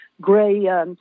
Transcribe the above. gray